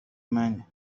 منه